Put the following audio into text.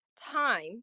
time